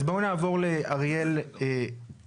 אז בואו נעבור לאריאל אבלין,